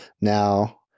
Now